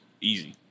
easy